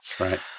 right